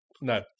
no